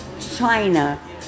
China